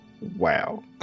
Wow